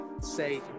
say